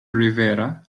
rivera